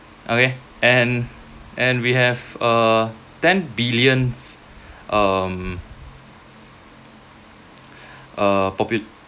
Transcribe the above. okay and and we have a ten billion um uh